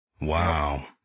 Wow